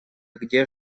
где